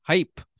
Hype